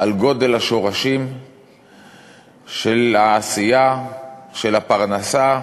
על גודל השורשים של העשייה, של הפרנסה,